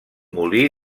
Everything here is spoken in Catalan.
molí